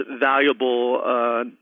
valuable